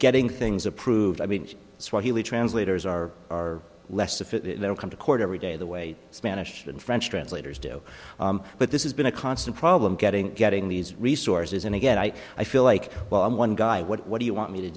getting things approved i mean swahili translators are are less if it will come to court every day the way spanish and french translators do but this has been a constant problem getting getting these resources and again i i feel like well i'm one guy what do you want me to